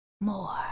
More